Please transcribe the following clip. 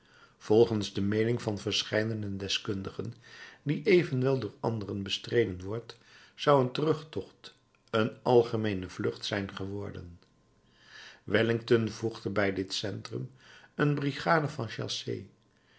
volgens de meening van verscheidene deskundigen die evenwel door anderen bestreden wordt zou een terugtocht een algemeene vlucht zijn geworden wellington voegde bij dit centrum een brigade van